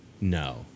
no